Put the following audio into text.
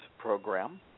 program